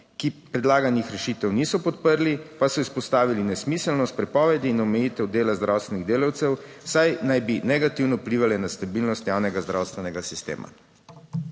ki predlaganih rešitev niso podprli, pa so izpostavili nesmiselnost prepovedi in omejitev dela zdravstvenih delavcev, saj naj bi negativno vplivale na stabilnost javnega zdravstvenega sistema.